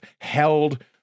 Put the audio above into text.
held